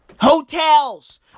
Hotels